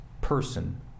person